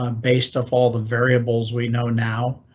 um based of all the variables we know now,